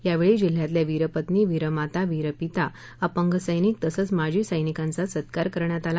या वेळी जिल्ह्यातल्या वीरपत्नी वीरमाता वीरपिता अपंग सैनिक तसंच माजी सैनिकांचा सत्कार करण्यात आला